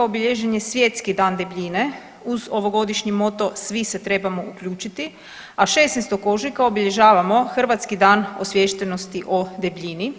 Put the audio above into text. obilježen je Svjetski dan debljine uz ovogodišnji moto „svi se trebamo uključiti“, a 16. ožujka obilježavamo Hrvatski dan osviještenosti o debljini.